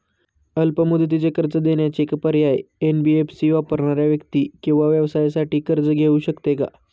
अल्प मुदतीचे कर्ज देण्याचे पर्याय, एन.बी.एफ.सी वापरणाऱ्या व्यक्ती किंवा व्यवसायांसाठी कर्ज घेऊ शकते का?